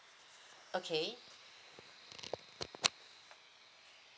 okay